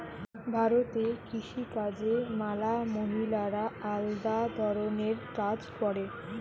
ভারতে কৃষি কাজে ম্যালা মহিলারা আলদা ধরণের কাজ করে